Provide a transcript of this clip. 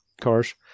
cars